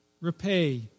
repay